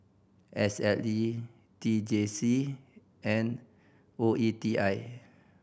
S L A T J C and O E T I